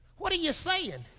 what are you sayin'